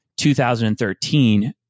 2013